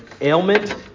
ailment